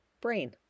brain